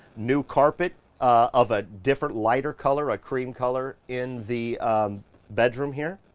new carpet of a different lighter color, a cream color, in the bedroom here.